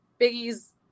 Biggie's